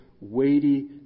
weighty